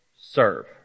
Serve